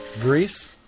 Greece